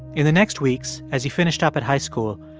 in the next weeks, as he finished up at high school,